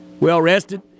Well-rested